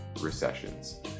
recessions